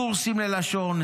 קורסים ללשון,